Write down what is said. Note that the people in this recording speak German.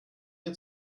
mir